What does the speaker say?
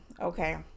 Okay